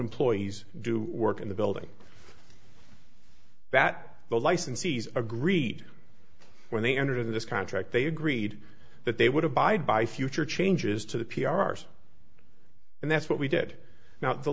employees do work in the building that the licensees agreed when they entered into this contract they agreed that they would have died by future changes to the p r c and that's what we did now the